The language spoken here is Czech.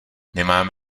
nemám